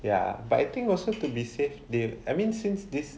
ya but I think also to be safe they I mean since this